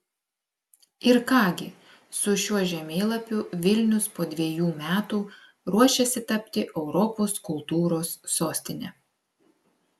ir ką gi su šiuo žemėlapiu vilnius po dviejų metų ruošiasi tapti europos kultūros sostine